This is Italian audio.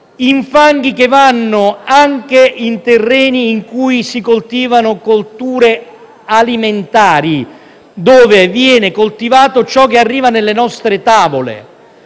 in fanghi che vanno a finire anche in terreni in cui si coltivano colture alimentari, dove viene coltivato ciò che arriva sulle nostre tavole.